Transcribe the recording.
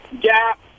gap